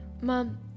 Mom